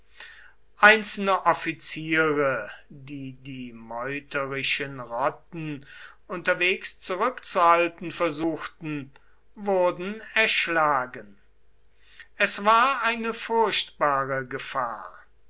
einzelne offiziere die die meuterischen rotten unterwegs zurückzuhalten versuchten wurden erschlagen es war eine furchtbare gefahr